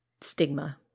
stigma